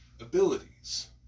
abilities